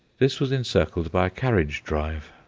this was encircled by a carriage-drive!